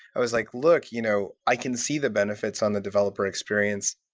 i was like, look. you know i can see the benefits on the developer experience.